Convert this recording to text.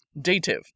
Dative